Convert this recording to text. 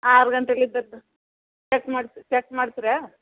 ಆರು ಗಂಟೆಲಿದದ್ದು ಚೆಕ್ ಮಾಡ್ಸಿ ಚೆಕ್ ಮಾಡ್ತೀರಾ